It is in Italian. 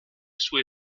sue